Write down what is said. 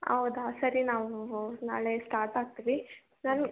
ಹೌದಾ ಸರಿ ನಾವು ನಾಳೆ ಸ್ಟಾರ್ಟ್ ಆಗ್ತೀವಿ ನಾನು